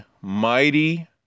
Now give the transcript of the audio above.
mighty